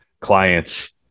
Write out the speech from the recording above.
clients